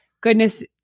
goodness